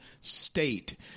state